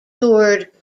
toured